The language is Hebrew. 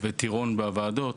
וכטירון בוועדות,